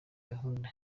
gahunda